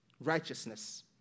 righteousness